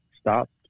stopped